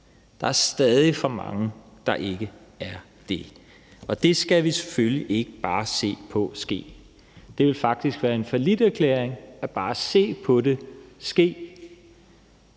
Der er stadig for mange, der ikke er det, og det skal vi selvfølgelig ikke bare se på ske. Det vil faktisk være en falliterklæring bare at se på det ske.